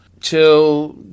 Till